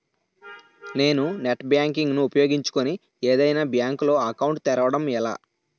నేను net banking ను ఉపయోగించుకుని ఏదైనా బ్యాంక్ లో అకౌంట్ తెరవడం ఎలా?